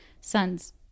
son's